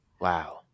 Wow